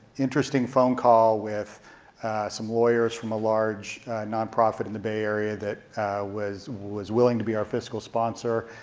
interesting phone call with some lawyers from a large nonprofit in the bay area that was was willing to be our fiscal sponsor.